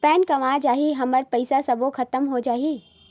Pan गंवा जाही हमर पईसा सबो खतम हो जाही?